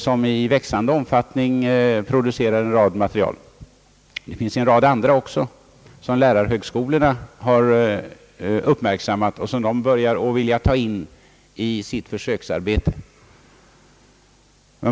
Det finns även andra utländska företag som lärarhögskolorna har uppmärksammat och som de börjar ta in i sitt försöksarbete.